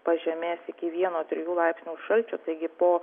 pažemės iki vieno trijų laipsnių šalčio taigi po